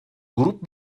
grup